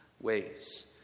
ways